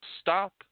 stop